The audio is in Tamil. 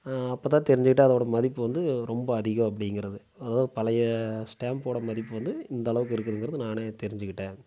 அப்போ தான் தெரிஞ்சுக்கிட்டேன் அதோட மதிப்பு வந்து ரொம்ப அதிகம் அப்படிங்கிறத அதாவது பழைய ஸ்டாம்ப்போட மதிப்பு வந்து இந்த அளவுக்கு இருக்குதுங்கிறதை நானே தெரிஞ்சுகிட்டேன்